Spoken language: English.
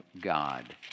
God